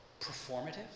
performative